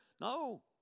No